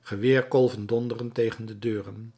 geweerkolven donderen tegen de deuren